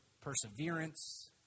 perseverance